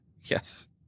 Yes